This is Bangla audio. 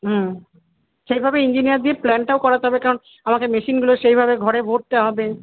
হুম সেভাবে ইঞ্জিনিয়ার দিয়ে প্ল্যানটাও করাতে হবে কারণ আমাকে মেশিনগুলো সেইভাবে ঘরে ভরতে হবে